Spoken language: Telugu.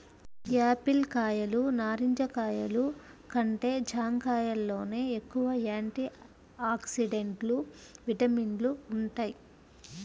యాపిల్ కాయలు, నారింజ కాయలు కంటే జాంకాయల్లోనే ఎక్కువ యాంటీ ఆక్సిడెంట్లు, విటమిన్లు వుంటయ్